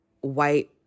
white